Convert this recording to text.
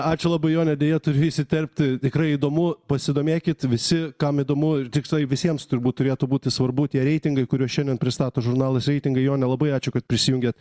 ačiū labai jone deja turiu įsiterpti tikrai įdomu pasidomėkit visi kam įdomu ir tikslai visiems turbūt turėtų būti svarbu tie reitingai kuriuos šiandien pristato žurnalas reitingai jone labai ačiū kad prisijungėt